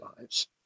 lives